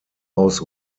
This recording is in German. aus